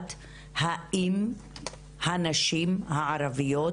לדעת האם הנשים הערביות